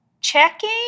checking